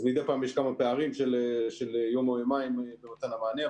אז מדי פעם יש כמה פערים של יום או יומיים במתן המענה.